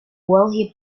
world